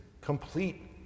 complete